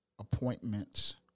appointments